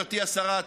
גברתי השרה,